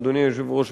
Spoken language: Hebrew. אדוני היושב-ראש,